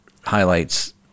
highlights